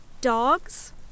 dogs